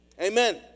amen